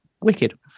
wicked